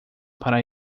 para